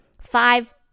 five